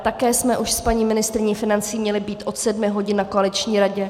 Také jsme už s paní ministryní financí měly být od sedmi hodin na koaliční radě.